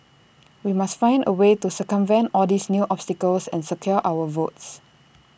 we must find A way to circumvent all these new obstacles and secure our votes